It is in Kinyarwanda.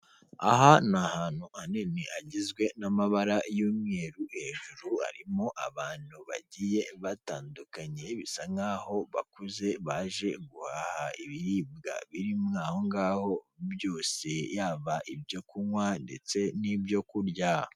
Aha ni ahantu hanini hagizwe n'amabara y'umweru, hejuru harimo abantu bagiye batandukanye bisa nkaho bakuze baje guhaha ibiribwa birimo ahongaho byose yaba ibyo kunywa ndetse n'ibyo kurya.